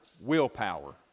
willpower